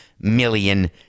million